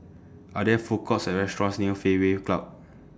Are There Food Courts Or restaurants near Fairway Club